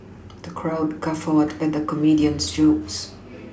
the crowd guffawed at the comedian's jokes